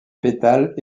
pétales